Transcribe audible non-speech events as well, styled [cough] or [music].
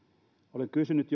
olen kysynyt [unintelligible]